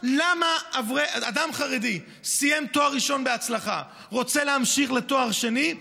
למה אדם חרדי שסיים תואר ראשון בהצלחה ורוצה להמשיך לתואר שני,